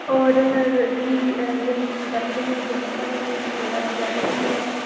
अ दङ बे गिन्दि गेन्दे बिबारबो दङ गोमो कालारनि गलाप बिबारबो दङ